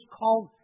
called